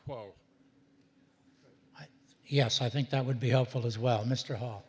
quo yes i think that would be helpful as well mr ha